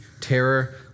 terror